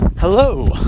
Hello